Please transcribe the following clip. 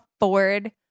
afford